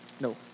no